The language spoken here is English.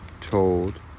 told